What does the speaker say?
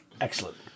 Excellent